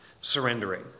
surrendering